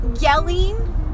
yelling